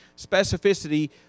specificity